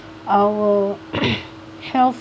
our health